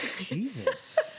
Jesus